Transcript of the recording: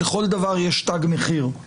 לכל דבר יש תג מחיר.